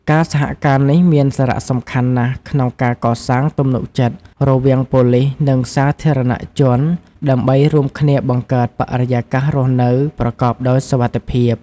ការសហការនេះមានសារៈសំខាន់ណាស់ក្នុងការកសាងទំនុកចិត្តរវាងប៉ូលិសនិងសាធារណជនដើម្បីរួមគ្នាបង្កើតបរិយាកាសរស់នៅប្រកបដោយសុវត្ថិភាព។